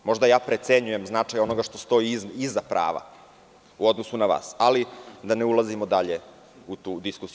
Možda ja precenjujem značaj onoga što stoji iza prava u odnosu na vas, ali ne ulazimo dalje u tu diskusiju.